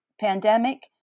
pandemic